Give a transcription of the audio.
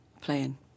playing